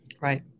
Right